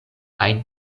ajn